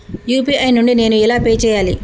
UPI నుండి నేను ఎలా పే చెయ్యాలి?